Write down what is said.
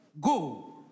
go